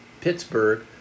Pittsburgh